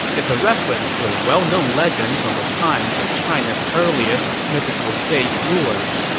it's a reference to a well-known legend from the times of china's earliest, mythical sage rulers.